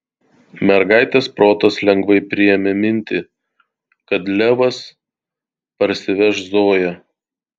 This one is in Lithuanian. mergaitės protas lengvai priėmė mintį kad levas parsiveš zoją